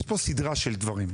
יש פה סדרה של דברים,